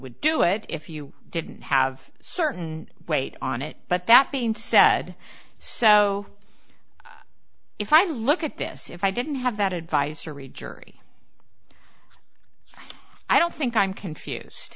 would do it if you didn't have certain weight on it but that being said so if i look at this if i didn't have that advisory jury i don't think i'm confused